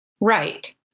Right